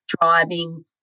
driving